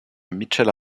mitchell